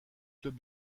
club